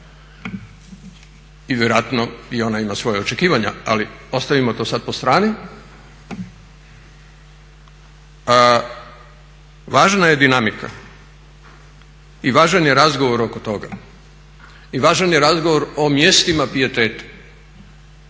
i vjerojatno i ona ima svoja očekivanja ali ostavimo to sad po strani. Važna je dinamika i važan je razgovor oko toga, i važan je razgovor o mjestima pijeteta,